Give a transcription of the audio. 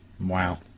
Wow